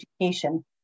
education